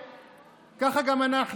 ככה גם אנחנו.